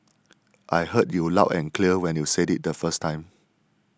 I heard you loud and clear when you said it the first time